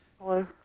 Hello